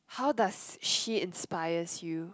how does she inspires you